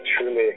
truly